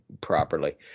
properly